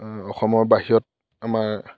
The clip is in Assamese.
অসমৰ বাহিৰত আমাৰ